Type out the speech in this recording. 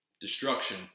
Destruction